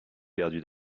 perdu